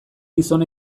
gizon